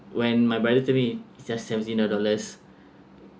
when my brother tell me is just seventy nine dollars